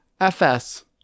FS